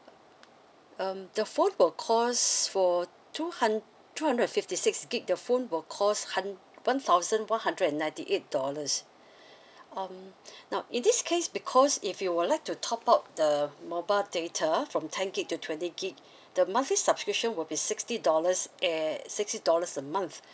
um the phone will cost for two hundred two hundred and fifty six gig the phone will cost hunt one thousand one hundred and ninety eight dollars um now in this case because if you would like to top up the mobile data from ten gig to twenty gig the monthly subscription will be sixty dollars eh six dollars a month